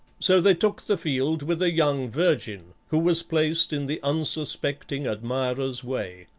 so they took the field with a young virgin, who was placed in the unsuspecting admirer's way.